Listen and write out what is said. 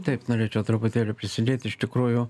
taip norėčiau truputėlį prisidėt iš tikrųjų